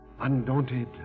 undaunted